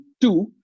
two